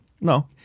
no